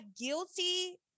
guilty